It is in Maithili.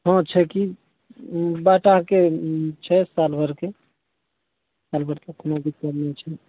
हँ छै की बाटाके छै साल भरिके साल भरिके कोनो दिक्कत नहि छै